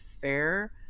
fair